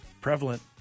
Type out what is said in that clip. prevalent